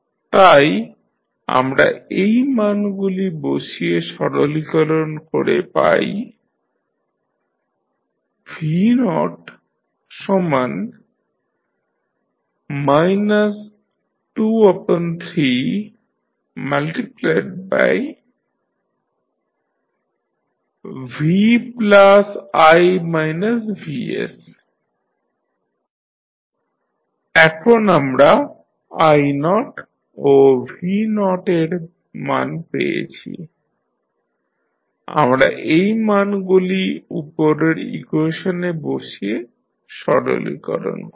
তাই আমরা এই মানগুলি বসিয়ে সরলীকরণ করে পাই v0 23vi vs এখন আমরা i0 ও v0 র মান পেয়েছি আমরা এই মানগুলি উপরের ইকুয়েশনে বসিয়ে সরলীকরণ করব